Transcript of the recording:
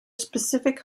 specific